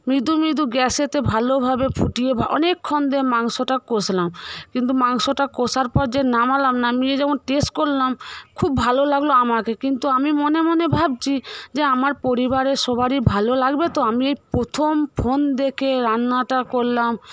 মৃদু মৃদু গ্যাসে ভালোভাবে ফুটিয়ে অনেকক্ষণ ধরে মাংসটা কষলাম কিন্তু মাংসটা কষার পর যে নামালাম নামিয়ে যখন টেস্ট করলাম খুব ভালো লাগল আমাকে কিন্তু আমি মনে মনে ভাবছি যে আমার পরিবারের সবারই ভালো লাগবে তো আমি এই প্রথম ফোন দেখে রান্নাটা করলাম